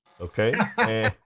Okay